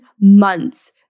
months